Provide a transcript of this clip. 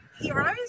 heroes